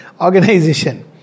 organization